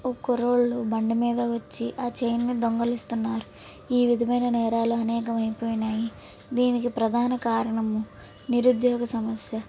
కుర్రోళ్ళు బండి మీద వచ్చి ఆ చైన్ని దొంగిలిస్తున్నారు ఈ విధమైన నేరాలు అనేకమై పోయినాయి దీనికి ప్రధాన కారణం నిరుద్యోగ సమస్య